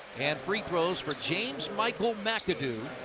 and free throws for james michael mcadoo,